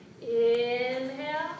inhale